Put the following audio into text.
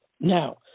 Now